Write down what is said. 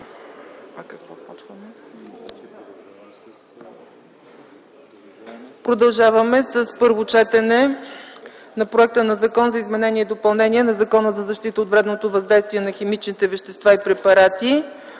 разгледа на първо четене Законопроекта за изменение и допълнение на Закона за защита от вредното въздействие на химичните вещества и препарати,